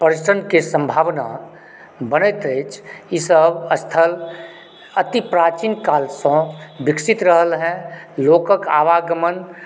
परसनके सम्भावना बनैत अछि ईसब स्थल अति प्राचीन कालसंँ विकसित रहल हँ लोककेँ आवागमण